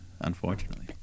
Unfortunately